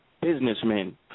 businessmen